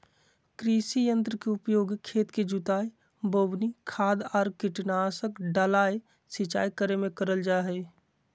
कृषि यंत्र के उपयोग खेत के जुताई, बोवनी, खाद आर कीटनाशक डालय, सिंचाई करे मे करल जा हई